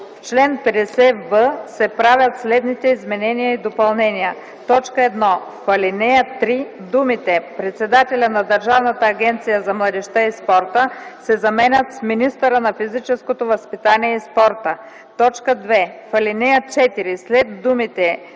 В чл. 50в се правят следните изменения и допълнения: 1. В ал. 3 думите „председателят на Държавната агенция за младежта и спорта” се заменят с „министърът на физическото възпитание и спорта”. 2. В ал. 4 след думите